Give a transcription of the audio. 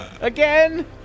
Again